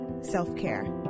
self-care